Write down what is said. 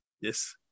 Yes